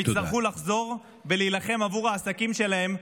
הם יצטרכו לחזור ולהילחם בעבור העסקים שלהם,